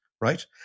right